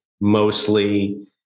mostly